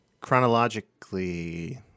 Chronologically